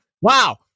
Wow